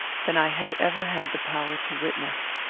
than i had ever had the power to witness.